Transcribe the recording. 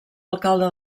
alcalde